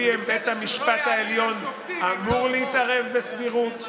שלפיהן בית המשפט העליון אמור להתערב בסבירות,